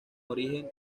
origen